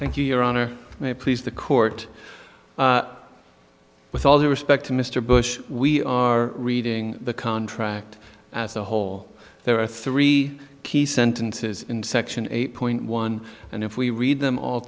thank you your honor may it please the court with all due respect to mr bush we are reading the contract as a whole there are three key sentences in section eight point one and if we read them all